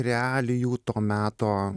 realijų to meto